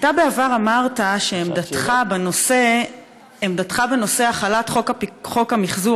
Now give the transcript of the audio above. בעבר אמרת שעמדתך בנושא החלת חוק המחזור